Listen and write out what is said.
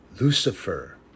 Lucifer